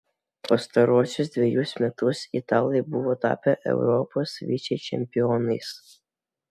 pastaruosius dvejus metus italai buvo tapę europos vicečempionais